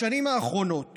בשנים האחרונות